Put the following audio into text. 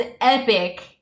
epic